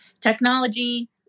technology